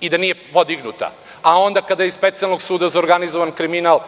i da nije podignuta, a onda kada je iz Specijalnog suda za organizovani kriminal